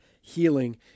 healing